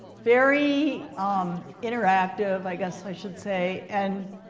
very um interactive, i guess i should say. and